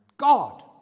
God